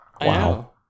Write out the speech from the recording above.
Wow